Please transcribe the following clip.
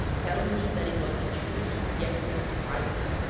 telling me that it was the true subjectum of science,